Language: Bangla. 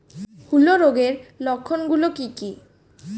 হূলো রোগের লক্ষণ গুলো কি কি?